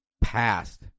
past